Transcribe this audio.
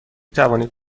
توانید